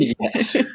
Yes